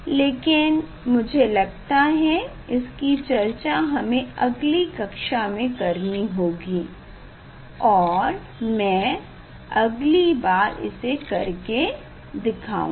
लेकिन मुझे लगता है इसकी चर्चा हमें अगली कक्षा में करनी होगी और मै अगली बार इसे करके दिखाऊगा